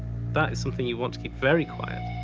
that is something you want to keep very quiet,